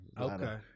Okay